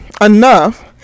enough